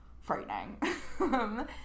frightening